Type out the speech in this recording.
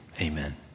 amen